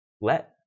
Let